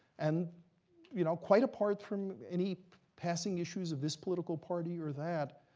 and you know quite apart from any passing issues of this political party or that,